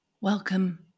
Welcome